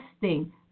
testing